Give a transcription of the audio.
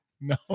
no